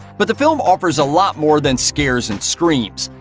but the film offers a lot more than scares and screams.